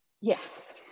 Yes